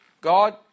God